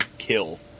kill